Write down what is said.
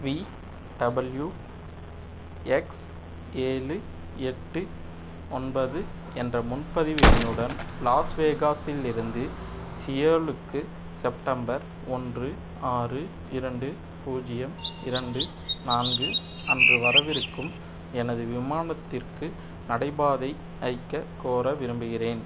VWX ஏழு எட்டு ஒன்பது என்ற முன்பதிவு எண்ணுடன் லாஸ் வேகாஸிலிருந்து சியோலுக்கு செப்டம்பர் ஒன்று ஆறு இரண்டு பூஜ்ஜியம் இரண்டு நான்கு அன்று வரவிருக்கும் எனது விமானத்திற்கு நடைபாதை ஐக்க கோர விரும்புகிறேன்